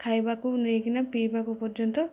ଖାଇବାକୁ ନେଇକିନା ପିଇବାକୁ ପର୍ଯ୍ୟନ୍ତ